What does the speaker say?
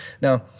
Now